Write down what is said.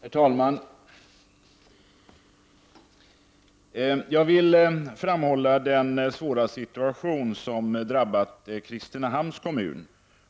Herr talman! Jag vill framhålla den svåra situation som drabbat Kristinehamns kommun